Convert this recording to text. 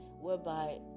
whereby